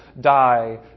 die